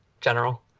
general